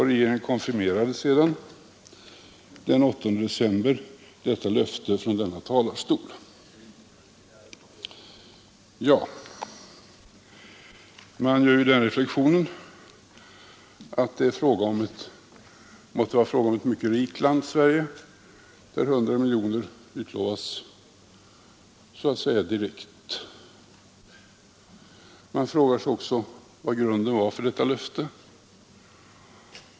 Regeringen konfirmerade den 8 december löftet från denna talarstol. Ja, man gör ju den reflexionen att Sverige måtte vara ett mycket rikt land, eftersom 100 miljoner kronor utlovas så att säga direkt. Man frågar sig också vad grunden var för detta löfte.